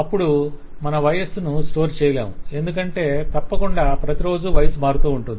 అప్పుడు మనం వయస్సు ను స్టోర్ చేయలేము ఎందుకంటే తప్పకుండా ప్రతి రోజు వయస్సు మారుతూ ఉంటుంది